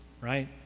right